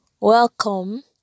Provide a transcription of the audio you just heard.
welcome